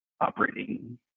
operating